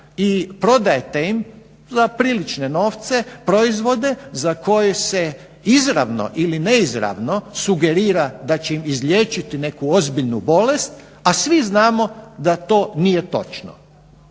i prodajete im za prilične novce proizvode za koje se izravno ili neizravno sugerira da će im izliječiti neku ozbiljnu bolest, a svi znamo da to nije točno.